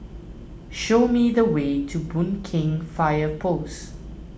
show me the way to Boon Keng Fire Post